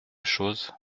chose